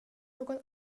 någon